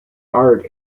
art